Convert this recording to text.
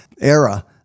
era